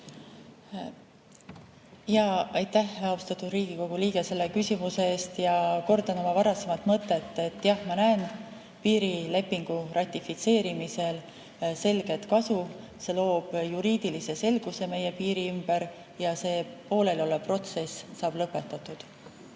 Aitäh, austatud Riigikogu liige, selle küsimuse eest! Kordan oma varasemat mõtet, et jah, ma näen piirilepingu ratifitseerimises selget kasu. See loob juriidilise selguse meie piiri ümber ja pooleliolev protsess saab lõpetatud.